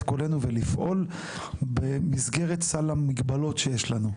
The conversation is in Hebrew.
קולנו ולפעול במסגרת סל המגבלות שיש לנו.